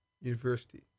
university